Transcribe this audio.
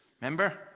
Remember